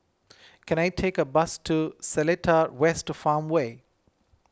can I take a bus to Seletar West Farmway